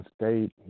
state